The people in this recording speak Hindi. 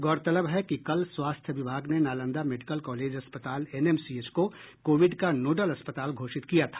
गौरतलब है कि कल स्वास्थ्य विभाग ने नालंदा मेडिकल कॉलेज अस्पताल एनएमसीएच को कोविड का नोडल अस्पताल घोषित किया था